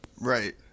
Right